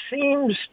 seems